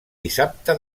dissabte